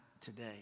Today